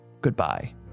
Goodbye